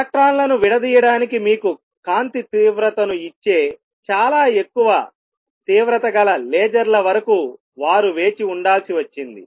ఎలక్ట్రాన్లను విడదీయడానికి మీకు కాంతి తీవ్రతను ఇచ్చే చాలా ఎక్కువ తీవ్రత గల లేజర్ల వరకు వారు వేచి ఉండాల్సి వచ్చింది